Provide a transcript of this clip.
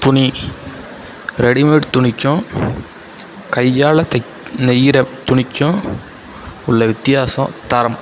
துணி ரெடிமேட் துணிக்கும் கையால் தெக் நெய்கிற துணிக்கும் உள்ள வித்தியாசம் தரம்